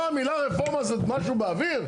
מה, המילה רפורמה זה משהו באוויר?